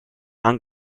han